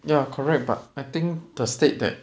ya correct but I think the state that